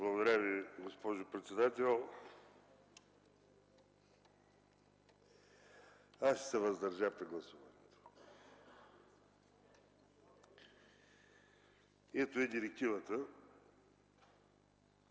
Благодаря Ви, госпожо председател. Аз ще се въздържа при гласуването. Ето я и директивата.